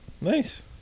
Nice